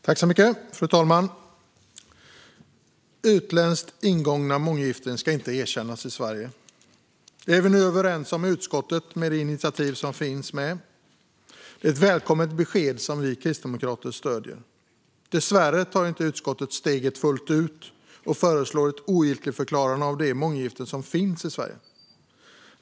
Fru talman! Utländskt ingångna månggiften ska inte erkännas i Sverige. Det är vi nu överens om i utskottet med det initiativ som finns med här. Det är ett välkommet besked som vi kristdemokrater stöder. Dessvärre tar inte utskottet steget fullt ut och föreslår ett ogiltigförklarande av de månggiften som finns i Sverige.